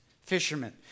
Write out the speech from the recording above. fishermen